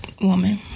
woman